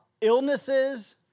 illnesses